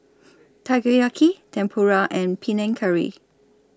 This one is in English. Takoyaki Tempura and Panang Curry